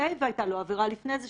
והייתה לו עבירה לפני זה,